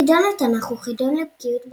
חידון התנ"ך הוא חידון לבקיאות בתנ"ך,